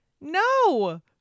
No